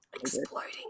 exploding